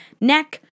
neck